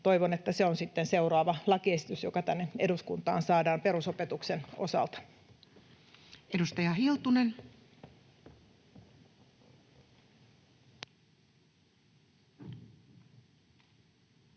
Toivon, että se on sitten seuraava lakiesitys, joka tänne eduskuntaan saadaan perusopetuksen osalta. [Speech